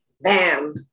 bam